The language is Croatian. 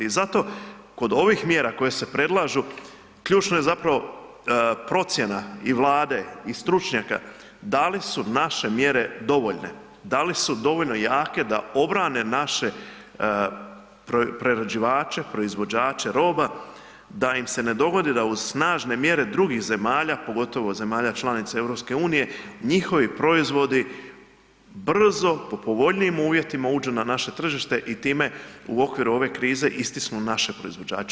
I zato kod ovih mjera koje se predlažu, ključna je procjena i Vlade i stručnjaka da li su naše mjere dovoljne, da li su dovoljno jake da obrane naše prerađivače, proizvođače roba da im se ne dogodi da uz snažne mjere drugih zemalja, pogotovo zemalja članica EU, njihovi proizvodi brzo po povoljnijim uvjetima uđu na naše tržište i time u okviru ove krize istisnu naše proizvođače?